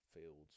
fields